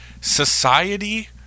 society